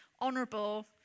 honourable